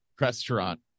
restaurant